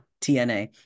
tna